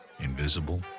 Invisible